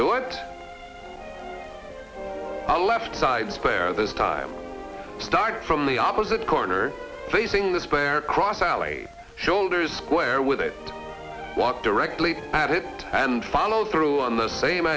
do it a left side spare this time start from the opposite corner facing this pair cross alley shoulders square with it what directly at it and follow through on the same